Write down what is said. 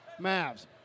Mavs